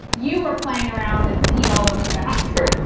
you were playing around and pete all over the bathroom.